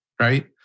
right